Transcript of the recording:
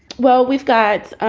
well, we've got